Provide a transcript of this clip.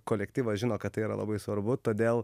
kolektyvas žino kad tai yra labai svarbu todėl